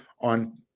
On